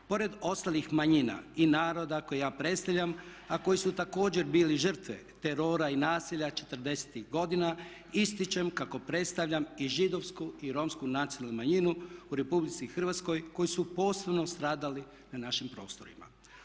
Pored ostalih manjina i naroda koje ja predstavljam a koji su također bili žrtve terora i nasilja '40.-ih godina ističem kako predstavljam i Židovsku i Romsku nacionalnu manjinu u Republici Hrvatskoj koji su posebno stradali na našim prostorima.